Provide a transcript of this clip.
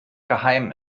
geheim